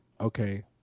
Okay